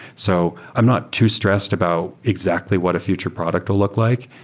so i'm not too stressed about exactly what a future product will look like.